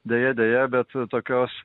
deja deja bet tokios